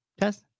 test